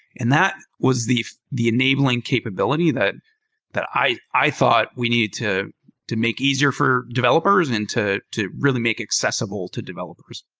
and that was the enabling enabling capability that that i i thought we needed to to make easier for developers and to to really make accessible to developers.